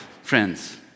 friends